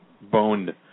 boned